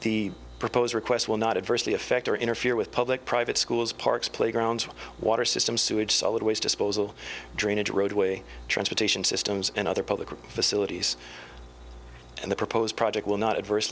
the proposed request will not adversely affect or interfere with public private schools parks playgrounds water system sewage solid waste disposal drainage roadway transportation systems and other public facilities and the proposed project will not adverse